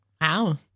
Wow